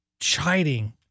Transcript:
chiding